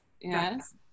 Yes